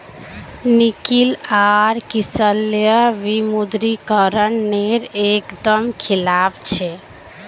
निकिल आर किसलय विमुद्रीकरण नेर एक दम खिलाफ छे